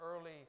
early